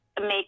make